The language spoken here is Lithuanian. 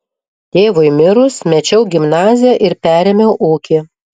tėvui mirus mečiau gimnaziją ir perėmiau ūkį